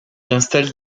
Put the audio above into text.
installent